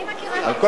על כל פנים,